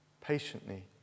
patiently